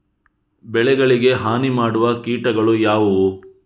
ಬೆಳೆಗಳಿಗೆ ಹಾನಿ ಮಾಡುವ ಕೀಟಗಳು ಯಾವುವು?